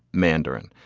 mandarin.